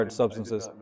substances